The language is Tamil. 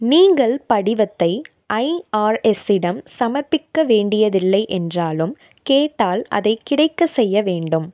நீங்கள் படிவத்தை ஐஆர்எஸ்ஸிடம் சமர்ப்பிக்க வேண்டியதில்லை என்றாலும் கேட்டால் அதை கிடைக்க செய்ய வேண்டும்